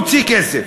מוציא כסף.